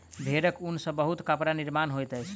भेड़क ऊन सॅ बहुत कपड़ा निर्माण होइत अछि